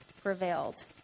prevailed